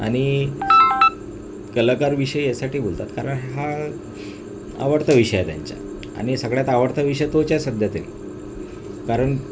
आणि कलाकारविषयी यासाठी बोलतात कारण हा आवडता विषय आहे त्यांच्या आणि सगळ्यात आवडता विषय तोच आहे सध्या तरी कारण